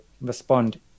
respond